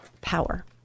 power